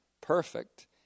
perfect